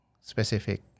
specific